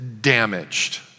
damaged